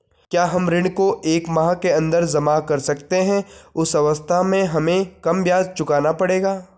क्या हम ऋण को एक माह के अन्दर जमा कर सकते हैं उस अवस्था में हमें कम ब्याज चुकाना पड़ेगा?